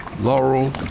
Laurel